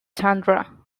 tundra